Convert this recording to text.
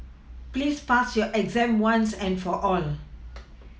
please pass your exam once and for all